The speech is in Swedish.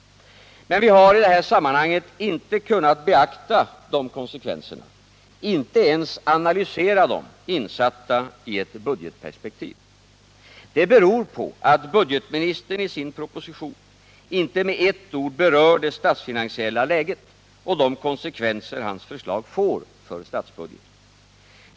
Men vi har i detta sammanhang inte kunnat beakta dessa konsekvenser, inte ens analysera dem, insatta i ett budgetperspektiv. Det beror på att budgetministern i sin proposition inte med ett ord berör det statsfinansiella läget och de konsekvenser hans förslag får för statsbudgeten.